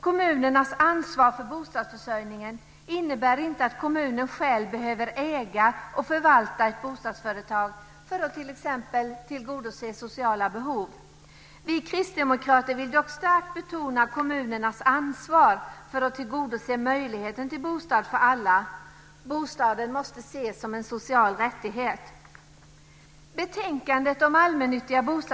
Kommunernas ansvar för bostadsförsörjningen innebär inte att kommunen själv behöver äga och förvalta ett bostadsföretag för att t.ex. tillgodose sociala behov. Vi kristdemokrater vill dock starkt betona kommunernas ansvar för att tillgodose möjligheten till bostad för alla. Bostaden måste ses som en social rättighet.